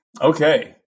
Okay